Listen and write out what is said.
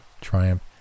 Triumph